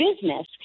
business